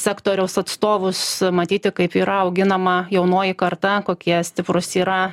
sektoriaus atstovus matyti kaip yra auginama jaunoji karta kokie stiprūs yra